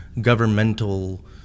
governmental